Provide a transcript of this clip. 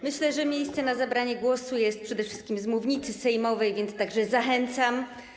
Myślę, że miejsce na zabranie głosu jest przede wszystkim na mównicy sejmowej, więc do tego zachęcam.